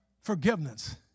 forgiveness